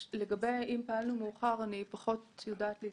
לגבי אם פעלנו מאוחר אני פחות יודעת להתייחס,